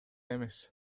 эмес